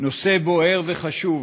נושא בוער וחשוב.